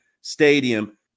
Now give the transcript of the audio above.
stadium